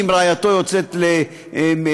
אם רעייתו יוצאת למילואים,